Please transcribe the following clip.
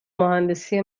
مهندسی